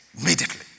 immediately